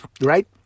right